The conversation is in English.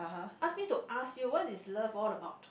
ask me to ask you what is love all about